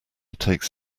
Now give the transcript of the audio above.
takes